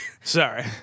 Sorry